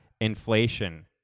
inflation